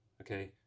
okay